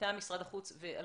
מטעם משרד החוץ.